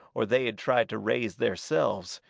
or they had tried to raise theirselves,